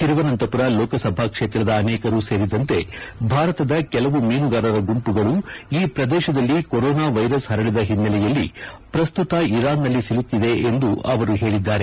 ತಿರುವನಂತಪುರ ಲೋಕಸಭಾ ಕ್ಷೇತ್ರದ ಅನೇಕರು ಸೇರಿದಂತೆ ಭಾರತದ ಕೆಲವು ಮೀನುಗಾರರ ಗುಂಪುಗಳು ಈ ಪ್ರದೇಶದಲ್ಲಿ ಕೊರೊನಾ ವೈರಸ್ ಹರಡಿದ ಹಿನ್ನೆಲೆಯಲ್ಲಿ ಪ್ರಸ್ತುತ ಇರಾನ್ ನಲ್ಲಿ ಸಿಲುಕಿವೆ ಎಂದು ಅವರು ಹೇಳಿದ್ದಾರೆ